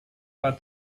war